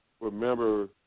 remember